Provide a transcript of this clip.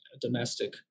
domestic